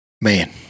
Man